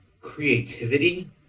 creativity